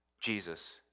Jesus